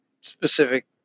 specific